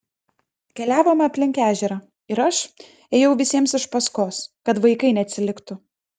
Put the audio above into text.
keliavome aplinkui ežerą ir aš ėjau visiems iš paskos kad vaikai neatsiliktų